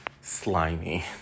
Slimy